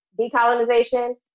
decolonization